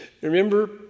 Remember